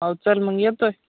हो चल मग येतो